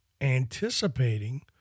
anticipating